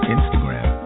Instagram